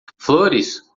flores